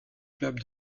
club